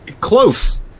Close